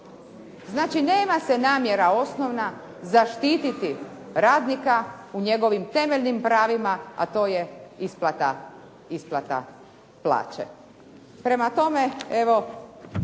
Znači, nema se namjera osnovna zaštiti radnika u njegovim temeljnim pravima, a to je isplata plaće. Prema tome, evo